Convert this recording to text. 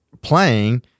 playing